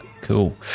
cool